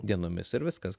dienomis ir viskas